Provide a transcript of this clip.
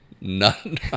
None